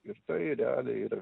ir tai realiai yra